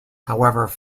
however